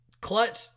clutch